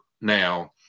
now